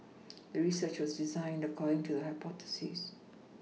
the research was designed according to the hypothesis